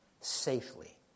safely